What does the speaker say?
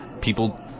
people